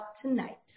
tonight